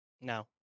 No